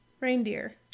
Reindeer